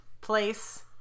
place